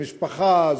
שמשפחה,